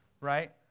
right